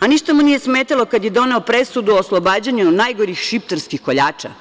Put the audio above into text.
a ništa mu nije smetalo kada je doneo presudu o oslobađanju najgorih šiptarskih koljača.